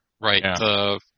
right